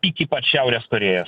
iki pat šiaurės korėjos